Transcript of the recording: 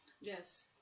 Yes